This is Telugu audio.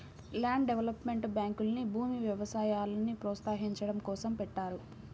ల్యాండ్ డెవలప్మెంట్ బ్యాంకుల్ని భూమి, వ్యవసాయాల్ని ప్రోత్సహించడం కోసం పెట్టారు